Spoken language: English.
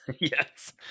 Yes